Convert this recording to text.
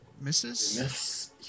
Misses